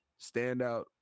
standout